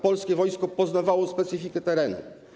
Polskie wojsko poznawało specyfikę terenu.